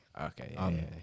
okay